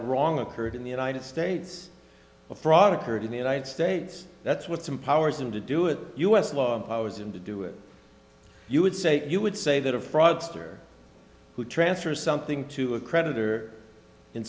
a wrong occurred in the united states a fraud occurred in the united states that's what's empowers him to do it u s law i was in to do it you would say you would say that a fraudster who transfers something to a creditor in